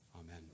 Amen